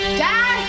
dad